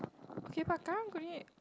okay but Karang-Guni